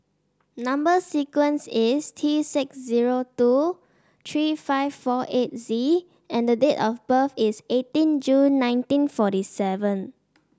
number sequence is T six zero two three five four eight Z and the date of birth is eighteen June nineteen forty seven